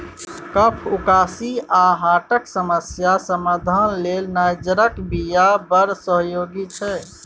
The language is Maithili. कफ, उकासी आ हार्टक समस्याक समाधान लेल नाइजरक बीया बड़ सहयोगी छै